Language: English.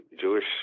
Jewish